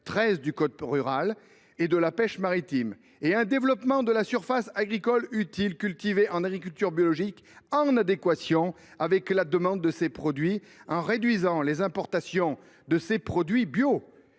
13 du code rural et de la pêche maritime, et un développement de la surface agricole utile cultivée en agriculture biologique en adéquation avec la demande de ces produits, en réduisant les importations de ces produits et